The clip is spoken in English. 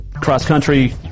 cross-country